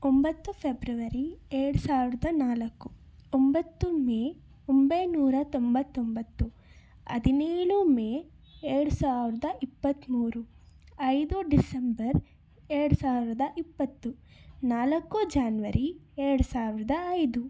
ಒಂಬತ್ತು ಫೆಬ್ರವರಿ ಎರಡು ಸಾವಿರದ ನಾಲ್ಕು ಒಂಬತ್ತು ಮೇ ಒಂಬೈನೂರ ತೊಂಬತ್ತೊಂಬತ್ತು ಹದಿನೇಳು ಮೇ ಎರಡು ಸಾವಿರದ ಇಪ್ಪತ್ತ್ಮೂರು ಐದು ಡಿಸೆಂಬರ್ ಎರಡು ಸಾವಿರದ ಇಪ್ಪತ್ತು ನಾಲ್ಕು ಜಾನ್ವರಿ ಎರಡು ಸಾವಿರದ ಐದು